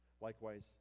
Likewise